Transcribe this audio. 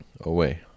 away